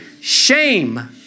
shame